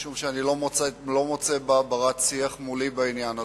משום שאני לא מוצא בה בת-שיח מולי בעניין הזה,